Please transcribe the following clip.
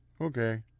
Okay